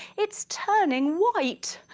its turning white!